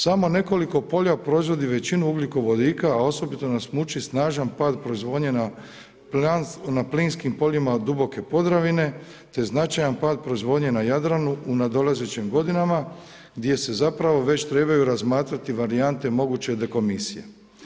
Samo nekoliko polja proizvodi većinu ugljikovodika a osobito nas muči snažan pad proizvodnje na plinskim poljima „Duboke Podravine“ te značajan pad proizvodnje na Jadranu u nadolazećim godinama gdje se zapravo već trebaju razmatrati varijante moguće dekomisije.